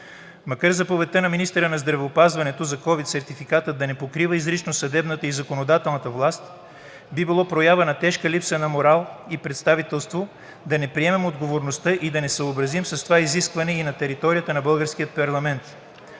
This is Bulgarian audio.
Макар заповедта на министъра на здравеопазването за ковид сертификата да не покрива изрично съдебната и законодателната власт, би било проява на тежка липса на морал и представителство да не приемем отговорността и да не се съобразим с това изискване и на територията на